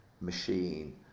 machine